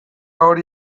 hori